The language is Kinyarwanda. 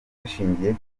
hashingiye